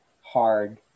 hard